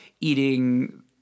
eating